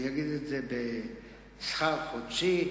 אני אגיד את זה בשכר חודשי: